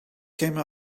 came